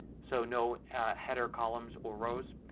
so no header columns or rows.